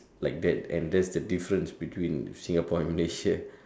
like that and that is the difference between Singapore and Malaysia